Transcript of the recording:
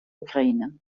ukraine